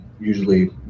usually